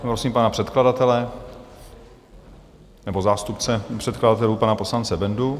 Prosím pana předkladatele nebo zástupce předkladatelů, pana poslance Bendu.